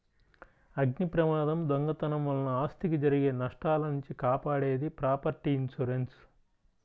అగ్నిప్రమాదం, దొంగతనం వలన ఆస్తికి జరిగే నష్టాల నుంచి కాపాడేది ప్రాపర్టీ ఇన్సూరెన్స్